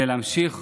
אלא להמשיך